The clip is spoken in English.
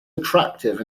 attractive